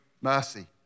mercy